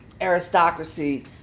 aristocracy